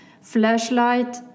flashlight